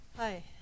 Hi